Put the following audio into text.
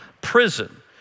prison